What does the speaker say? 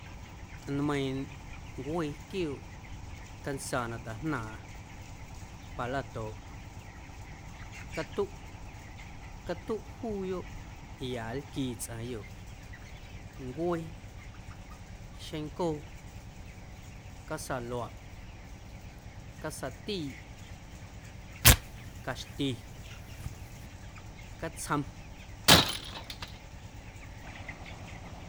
Nmeiiⁿ ncuee quiooꞌ cansaa na tajnaaⁿꞌa palaꞌtoo, catuꞌ, catuꞌ juuyoꞌ ya nlquii tsꞌaⁿyoꞌ, ncuee, xeⁿncoo, casaaluaꞌ, casaatiiꞌ, caxti, catsjom.